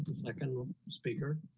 second speaker.